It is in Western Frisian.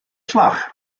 slach